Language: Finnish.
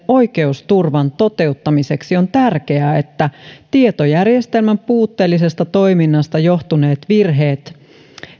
oikeusturvan toteuttamiseksi on tärkeää että tietojärjestelmän puutteellisesta toiminnasta johtuneet virheelliset